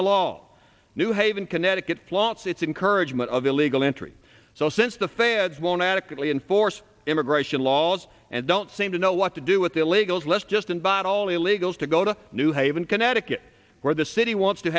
the law new haven connecticut plots its encouragement of illegal entry so since the fans won't adequately enforce immigration laws and don't seem to know what to do with the illegals let's just and bought all the illegals to go to new haven connecticut where the city wants to